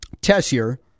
Tessier